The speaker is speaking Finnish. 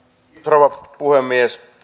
rouva puhemies